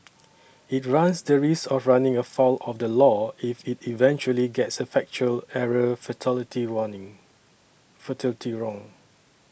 it runs the risk of running afoul of the law if it eventually gets a factual error fatality wronging fatally wrong